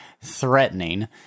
threatening